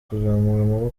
kuzamura